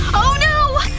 oh no!